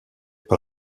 par